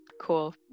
cool